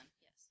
yes